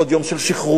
עוד יום של שכרות,